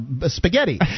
spaghetti